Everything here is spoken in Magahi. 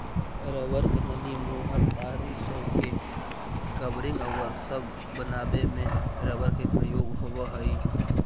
रबर के नली, मुहर, तार इ सब के कवरिंग औउर सब बनावे में रबर के प्रयोग होवऽ हई